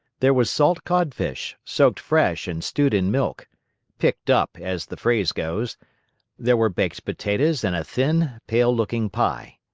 there was salt codfish, soaked fresh, and stewed in milk picked up, as the phrase goes there were baked potatoes and a thin, pale-looking pie.